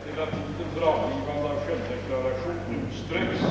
Herr talman! Herr Westberg i Ljusdal har frågat mig om jag är beredd att medverka till att tiden för avgivande av självdeklaration utsträckes